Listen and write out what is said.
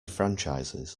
franchises